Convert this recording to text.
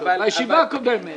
בישיבה הקודמת